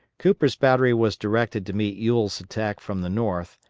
cooper's battery was directed to meet ewell's attack from the north,